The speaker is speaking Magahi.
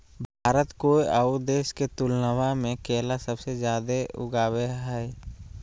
भारत कोय आउ देश के तुलनबा में केला सबसे जाड़े उगाबो हइ